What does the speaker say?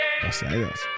Gracias